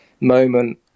moment